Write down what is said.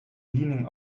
leaning